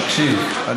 תקשיב,